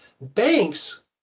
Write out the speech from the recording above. Banks